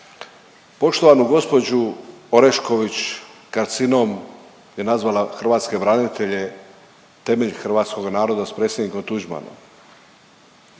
Poštovanu gđu Orešković, karcinom je nazvala hrvatske branitelje, temelj hrvatskog naroda s predsjednikom Tuđmanom.